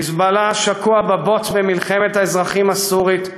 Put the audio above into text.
"חיזבאללה" שקוע בבוץ מלחמת האזרחים הסורית,